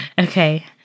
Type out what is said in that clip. okay